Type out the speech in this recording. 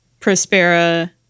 Prospera